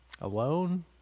alone